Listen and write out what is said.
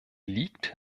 liegt